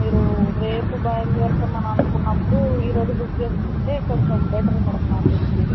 మీరు రేపు బయలుదేరుతాం అని అనుకున్నప్పుడు ఈరోజు బుక్ చేస్కుంటే కొంచెం బెటర్ మేడం నాకు తెలిసి